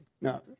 no